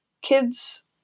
Kids